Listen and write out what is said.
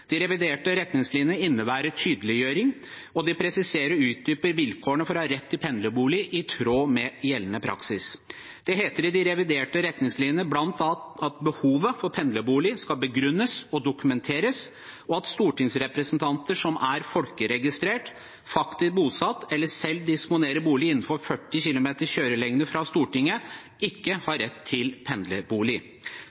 De reviderte retningslinjene innebærer tydeliggjøring, og de presiserer og utdyper vilkårene for å ha rett til pendlerbolig, i tråd med gjeldende praksis. Det heter i de reviderte retningslinjene bl.a. at «behovet for pendlerbolig skal begrunnes og dokumenteres», og at «stortingsrepresentanter som er folkeregistrert, faktisk bosatt eller selv disponerer bolig innenfor 40 km i kjørelengde fra Stortinget har ikke